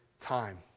time